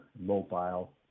mobile